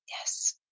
Yes